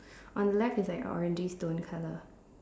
on the left is like orangey stone colour